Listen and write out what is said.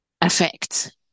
effect